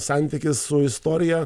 santykis su istorija